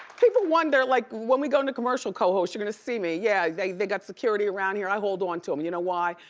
people wonder, like, when we go into commercials, co-hosts, you're gonna see me, yeah, they they got security around here, i hold on to em, you know why?